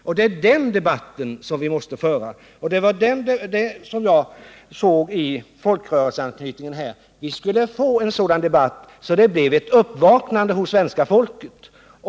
Och det var detta som jag såg i folkrörelseanknytningen — att vi skulle få något av en gemensam folkrörelseaktion och att vi skulle få en sådan debatt att det blev ett uppvaknande hos svenska folket.